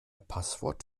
passwort